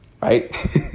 Right